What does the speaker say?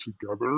together